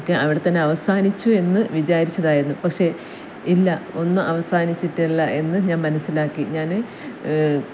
ഒക്കെ അവിടെത്തന്നെ അവസാനിച്ചു എന്ന് വിചാരിച്ചതായിരുന്നു പക്ഷേ ഇല്ല ഒന്നും അവസാനിച്ചിട്ടില്ല എന്ന് ഞാൻ മനസ്സിലാക്കി ഞാൻ